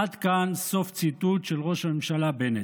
עד כאן סוף ציטוט של ראש הממשלה בנט.